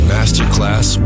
Masterclass